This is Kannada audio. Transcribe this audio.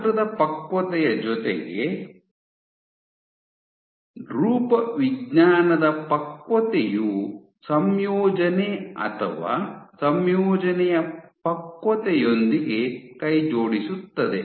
ಗಾತ್ರದ ಪಕ್ವತೆಯ ಜೊತೆಗೆ ರೂಪವಿಜ್ಞಾನದ ಪಕ್ವತೆಯು ಸಂಯೋಜನೆ ಅಥವಾ ಸಂಯೋಜನೆಯ ಪಕ್ವತೆಯೊಂದಿಗೆ ಕೈಜೋಡಿಸುತ್ತದೆ